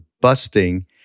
busting